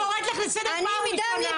אני קוראת לך לסדר פעם ראשונה.